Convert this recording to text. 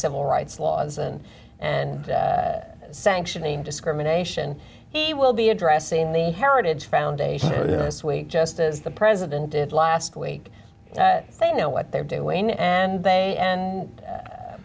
civil rights laws and and sanctioning discrimination he will be addressing the heritage foundation this week just as the president and last week they know what they're doing and they and